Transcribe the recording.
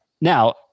Now